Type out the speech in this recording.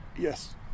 Yes